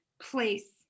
place